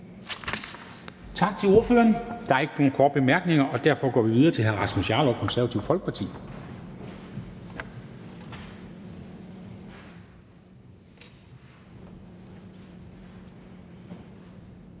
Tak til ordføreren. Der er ikke nogen korte bemærkninger, og derfor går vi videre til hr. Carl Valentin,